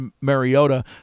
Mariota